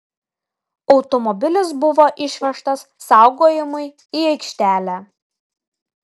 automobilis buvo išvežtas saugojimui į aikštelę